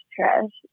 trash